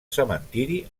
cementiri